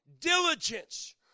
diligence